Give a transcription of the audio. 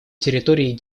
территории